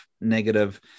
negative